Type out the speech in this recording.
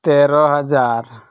ᱛᱮᱨᱚ ᱦᱟᱡᱟᱨ